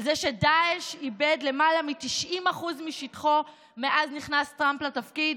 על זה שדאעש איבד למעלה מ-90% משטחו מאז נכנס טראמפ לתפקיד?